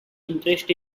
interest